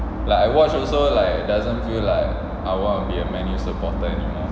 like I watch also like doesn't feel like I want to be a man U supporter anymore